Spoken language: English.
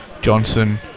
Johnson